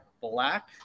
black